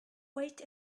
wait